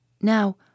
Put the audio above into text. Now